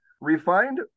refined